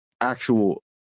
actual